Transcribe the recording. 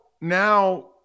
now